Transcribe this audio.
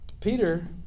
Peter